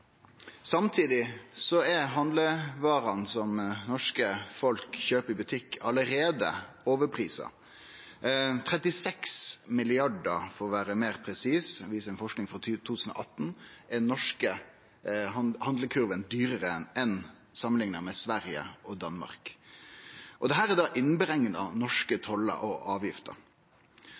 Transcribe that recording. Samtidig er handlevarene som det norske folk kjøper i butikk, allereie prisa for høgt. For å vere meir presis: Den norske handlekurva er 36 mrd. kr dyrare enn ho er i Sverige og Danmark, viser forsking frå 2018. Da er norske tollar og avgifter